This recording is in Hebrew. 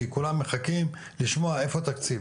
כי כולם מחכים לשמוע איפה התקציב.